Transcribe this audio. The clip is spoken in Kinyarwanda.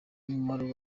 umumaro